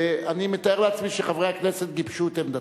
אני מתאר לעצמי שחברי הכנסת גיבשו את עמדתם.